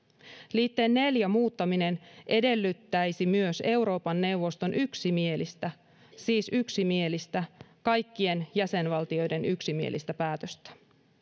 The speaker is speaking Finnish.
liitteen neljän muuttaminen edellyttäisi myös euroopan neuvoston yksimielistä siis yksimielistä kaikkien jäsenvaltioiden yksimielistä päätöstä